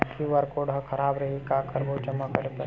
QR code हा खराब रही का करबो जमा बर?